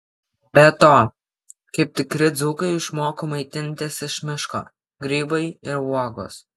be to kaip tikri dzūkai išmoko maitintis iš miško grybai ir uogos